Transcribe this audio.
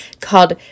called